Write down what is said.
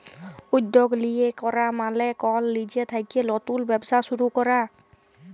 উদ্যগ লিয়ে ক্যরা মালে কল লিজে থ্যাইকে লতুল ব্যবসা শুরু ক্যরা